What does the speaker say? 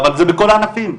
אבל זה בכל הענפים.